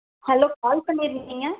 hello call பண்ணித்திருக்கீங்க